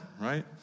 right